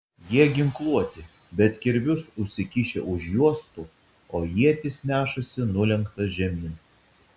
jie ginkluoti bet kirvius užsikišę už juostų o ietis nešasi nulenktas žemyn